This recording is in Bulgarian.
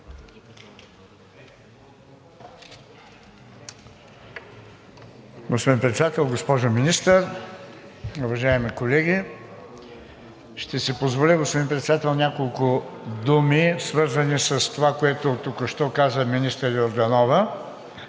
Господин Председател, госпожо Министър, уважаеми колеги! Ще си позволя, господин Председател, няколко думи, свързани с това, което току-що каза министър Йорданова.